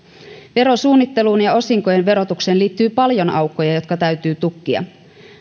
verosuunnitteluun ja osinkojen verotukseen liittyy paljon aukkoja jotka täytyy tukkia